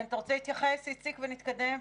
אתה רוצה להתייחס, איציק, ונתקדם?